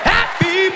Happy